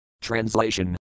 Translation